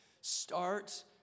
Start